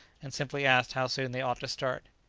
and simply asked how soon they ought to start.